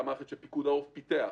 שפיקוד העורף פיתח.